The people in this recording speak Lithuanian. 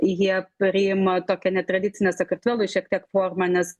jie priima tokią netradicinę sakartvelui šiek tiek formą nes